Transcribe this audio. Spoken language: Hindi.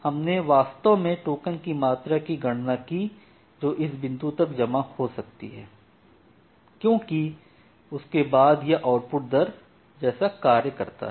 हमने वास्तव में टोकन की मात्रा की गणना की जो इस बिंदु तक जमा हो सकती है क्योंकि उसके बाद यह आउटपुट दर जैसा कार्य करता है